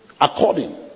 According